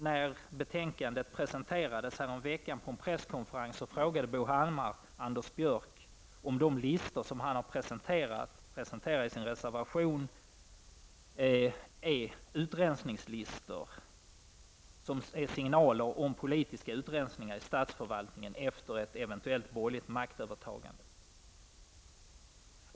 När betänkandet presenterades häromveckan på en presskonferens frågade Bo Hammar Anders Björck om de listor som han presenterar i sin reservation är signaler om politiska utrensningar i statsförvaltningen efter ett eventuellt borgerligt maktövertagande.